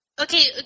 Okay